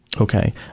Okay